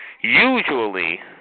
usually